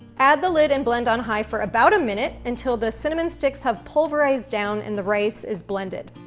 add the lid and blend on high for about a minute, until the cinnamon sticks have pulverized down and the rice is blended.